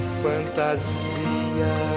fantasia